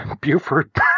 Buford